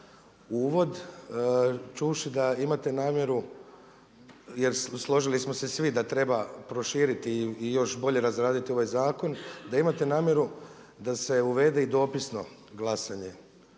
uvod. Čuvši da imate namjeru, jer složili smo se svi da treba proširiti i još bolje razraditi ovaj zakon, da imate namjeru da se uvede i dopisno glasanje